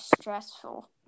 stressful